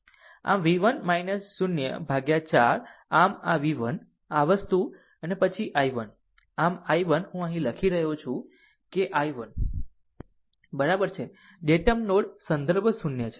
આમ v 1 0 by 4 આમ v 1 આ વસ્તુ અને પછી i 1 આમ i 1 હું અહીં લખી રહ્યો છું કે i 1 આ બરાબર છે ડેટમ નોડ સંદર્ભ 0 છે